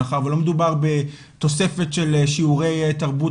מאחר ולא מדובר בתוספת של שיעורי תרבות